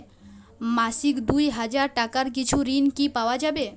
মাসিক দুই হাজার টাকার কিছু ঋণ কি পাওয়া যাবে?